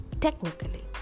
technically